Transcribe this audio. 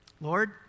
Lord